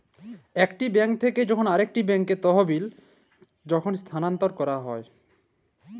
একটি বেঙ্ক থেক্যে যখন আরেকটি ব্যাঙ্কে তহবিল যখল স্থানান্তর ক্যরা হ্যয়